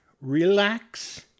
relax